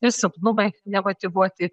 ir silpnumai nemotyvuoti